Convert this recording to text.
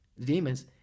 demons